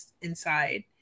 inside